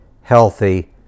healthy